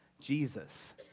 Jesus